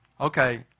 Okay